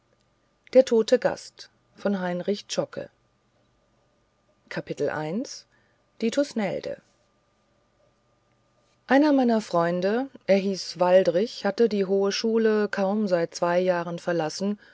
die thusnelde einer meiner freunde er hieß waldrich hatte die hohe schule kaum seit zwei jahren verlassen